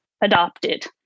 adopted